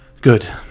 Good